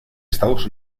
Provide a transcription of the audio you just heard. estados